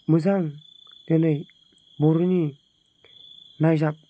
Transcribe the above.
मोजां दिनै बर'नि नायजाब